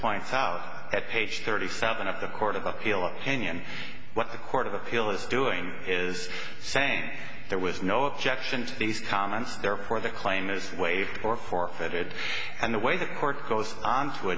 points out at page thirty seven of the court of appeal opinion what the court of appeal is doing is saying there was no objection to these comments therefore the claim is waived or forfeited and the way the court goes on to